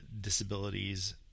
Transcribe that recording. disabilities